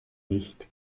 nicht